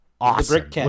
Awesome